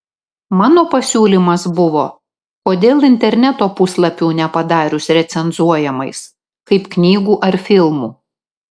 mano pasiūlymas buvo kodėl interneto puslapių nepadarius recenzuojamais kaip knygų ar filmų